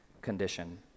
condition